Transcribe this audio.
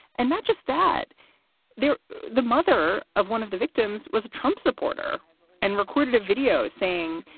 and not just that they're the mother of one of the victims, was a trump supporter and recorded a video saying,